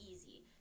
easy